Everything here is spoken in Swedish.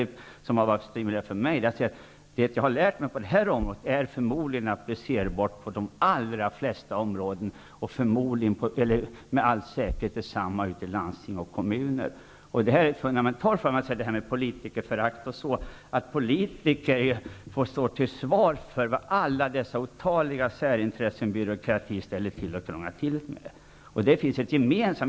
Det har varit stimulerande för mig att se att det jag lärt mig på det här området förmodligen är applicerbart på de allra flesta områden och med all säkerhet också inom landsting och kommuner. Det är fundamentalt. Med tanke på politikerförakt får politikerna faktiskt stå till svars för vad alla dessa otaliga särintressen och byråkrater ställt till med och krånglat till.